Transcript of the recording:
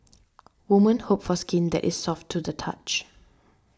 woman hope for skin that is soft to the touch